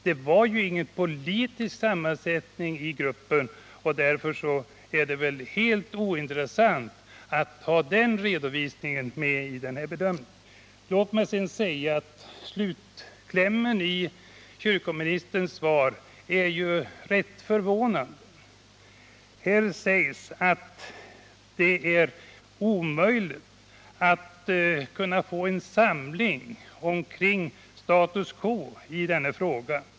Det var ju ingen politisk sammansättning i gruppen, och därför är det väl helt ointressant att ta med den redovisningen i denna bedömning. Slutklämmen i kyrkoministerns svar är rätt förvånande. Här sägs att det är omöjligt att få en samling omkring status quo i denna fråga.